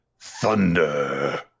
Thunder